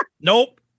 Nope